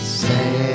say